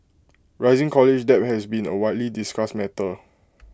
rising college debt has been A widely discussed matter